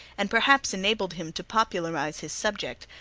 and perhaps enabled him to popularize his subject,